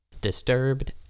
Disturbed